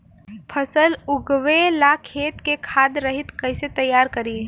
फसल उगवे ला खेत के खाद रहित कैसे तैयार करी?